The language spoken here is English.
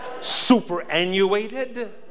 superannuated